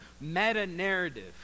meta-narrative